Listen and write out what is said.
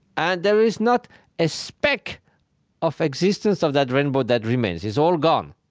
and there is not a speck of existence of that rainbow that remains. it's all gone,